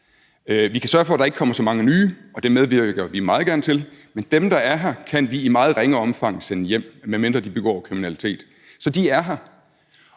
Vi kan sørge for, at der ikke kommer så mange nye, og det medvirker vi meget gerne til, men dem, der er her, kan vi i meget ringe omfang sende hjem, medmindre de begår kriminalitet. Så de er her.